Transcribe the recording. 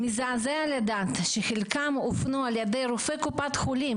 מזעזע לדעת שחלקם הופנו על ידי רופא קופת חולים